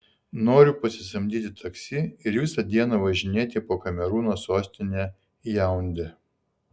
noriu pasisamdyti taksi ir visą dieną važinėti po kamerūno sostinę jaundę